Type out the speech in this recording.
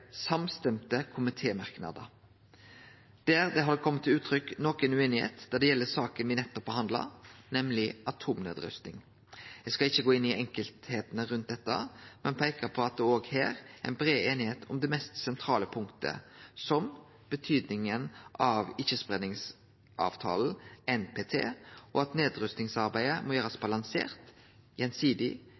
samstemte komitémerknader. Der det har kome til utrykk noko ueinigheit, gjeld den saka me nettopp behandla, nemleg atomnedrusting. Eg skal ikkje gå inn i dei enkelte delane i dette, men peike på at det òg her er brei einigheit om det mest sentrale punktet, som betydinga av ikkjespreiingsavtalen, NPT, og at arbeidet med nedrusting må gjerast balansert, gjensidig,